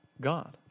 God